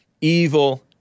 evil